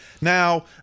Now